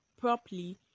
properly